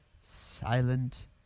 silent